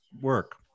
work